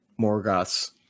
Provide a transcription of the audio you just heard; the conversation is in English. Morgoth's